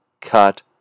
cut